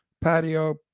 patio